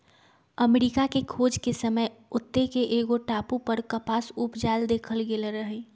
अमरिका के खोज के समय ओत्ते के एगो टापू पर कपास उपजायल देखल गेल रहै